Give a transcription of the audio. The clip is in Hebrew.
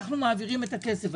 אנחנו מעבירים את הכסף.